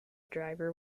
driver